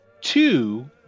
two